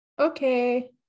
Okay